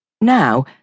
Now